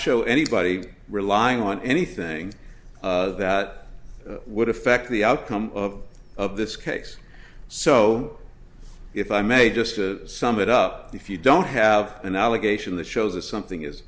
show anybody relying on anything that would affect the outcome of of this case so if i may just to sum it up if you don't have an allegation that shows or something is